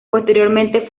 posteriormente